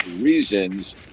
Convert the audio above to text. reasons